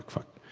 fuck,